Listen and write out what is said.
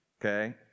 okay